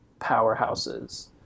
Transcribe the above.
powerhouses